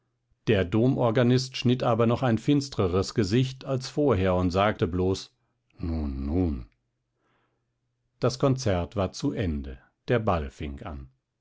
der domorganist schnitt aber noch ein finstreres gesicht als vorher und sagte bloß nun nun das konzert war zu ende der ball fing an